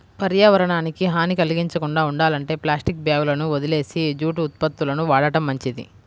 పర్యావరణానికి హాని కల్గించకుండా ఉండాలంటే ప్లాస్టిక్ బ్యాగులని వదిలేసి జూటు ఉత్పత్తులను వాడటం మంచిది